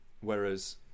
Whereas